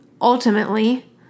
ultimately